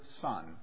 son